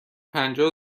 پنجاه